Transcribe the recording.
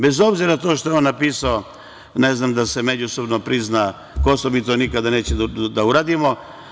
Bez obzira na to što je on napisao, ne znam, da se međusobno prizna Kosovo, mi to nikada nećemo da uradimo.